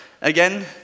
again